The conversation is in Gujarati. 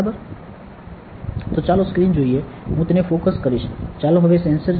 તો ચાલો સ્ક્રીન જોઈએ હું તેને ફોકસ કરીશ ચાલો હવે સેન્સર જોઈએ